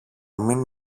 μην